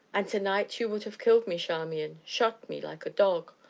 and to-night you would have killed me, charmian shot me like a dog!